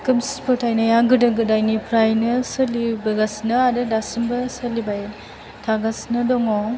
खोमसि फोथायनाया गोदो गोदायनिफ्रायनो सोलिबागोसिनो आरो दासिमबो सोलिबाय थागासिनो दङ